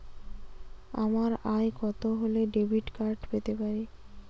আমার আয় কত হলে ডেবিট কার্ড পেতে পারি?